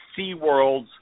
SeaWorld's